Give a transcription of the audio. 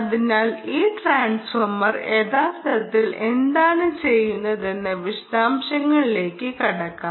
അതിനാൽ ഈ ട്രാൻസ്ഫോർമർ യഥാർത്ഥത്തിൽ എന്താണ് ചെയ്യുന്നതെന്ന വിശദാംശങ്ങളിലേക്ക് കടക്കാം